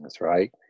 right